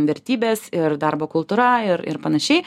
vertybės ir darbo kultūra ir ir panašiai